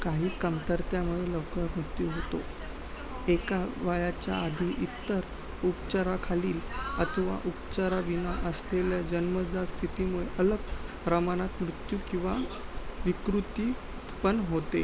काही कमतरतामुळे लवकर मृत्यू होतो एका वयाच्या आधी इतर उपचाराखालील अथवा उपचाराविना असलेल्या जन्मजात स्थितीमुळे अलग प्रमाणात मृत्यू किंवा विकृती पण होते